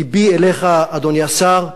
לבי אליך, אדוני השר,